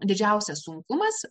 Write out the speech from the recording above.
didžiausias sunkumas